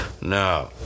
no